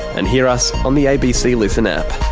and hear us on the abc listen app.